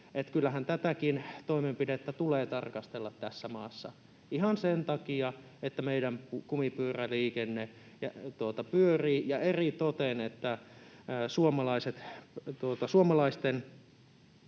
kyllähän tätäkin toimenpidettä tulee tarkastella tässä maassa ihan sen takia, että meidän kumipyöräliikenne pyörii ja eritoten siksi, että suomalaisten